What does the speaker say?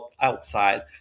outside